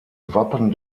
wappen